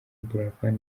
buravan